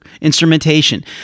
instrumentation